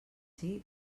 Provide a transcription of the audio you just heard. sigui